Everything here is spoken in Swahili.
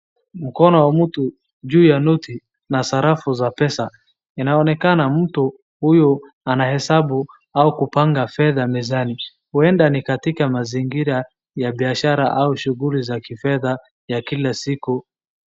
Mkono wa mtu ju ya noti na sarafu za pesa ,inaonekana mtu huyu anahesabu au kupanga fedha mezani . Huenda ni katika mazingira ya biashara au shughuli za kifedha ya kila siku.